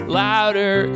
louder